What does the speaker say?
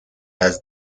has